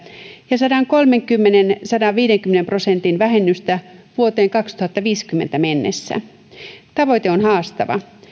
ja sadankolmenkymmenen viiva sadanviidenkymmenen prosentin vähennystä vuoteen kaksituhattaviisikymmentä mennessä tavoite on haastava